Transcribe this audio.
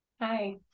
Hi